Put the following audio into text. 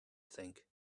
think